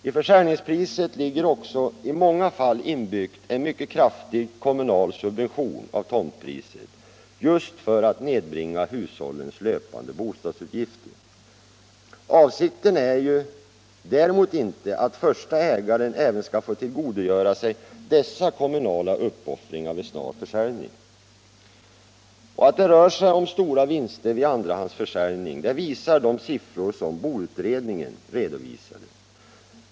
I försäljningspriset ligger också i många fall inbyggd en mycket kraftig kommunal subvention av tomtpriset just för att nedbringa hushållens löpande bostadsutgifter. Avsikten är däremot inte att den förste ägaren även skall få tillgodogöra sig dessa kommunala uppoffringar vid snar försäljning. Att det rör sig om stora vinster vid andrahandsförsäljning visar de siffror som boendeutredningen redovisat.